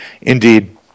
Indeed